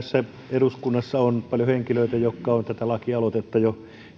eduskunnassa on paljon henkilöitä jotka ovat tätä lakialoitetta jo